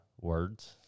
words